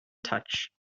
touch